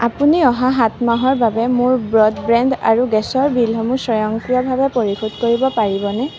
আপুনি অহা সাত মাহৰ বাবে মোৰ ব্ৰডবেণ্ড আৰু গেছৰ বিলসমূহ স্বয়ংক্ৰিয়ভাৱে পৰিশোধ কৰিব পাৰিবনে